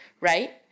Right